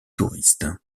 touristes